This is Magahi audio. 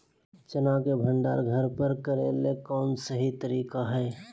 चना के भंडारण घर पर करेले कौन सही तरीका है?